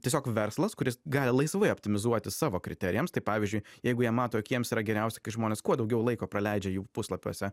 tiesiog verslas kuris gali laisvai optimizuoti savo kriterijams tai pavyzdžiui jeigu jie mato jog jiems yra geriausia kai žmonės kuo daugiau laiko praleidžia jų puslapiuose